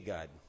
God